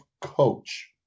coach